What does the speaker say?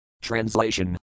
Translation